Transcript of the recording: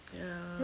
ya